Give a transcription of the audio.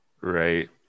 right